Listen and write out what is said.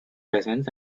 peasants